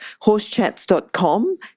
horsechats.com